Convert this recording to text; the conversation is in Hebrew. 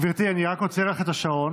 גברתי, אני רק עוצר לך את השעון.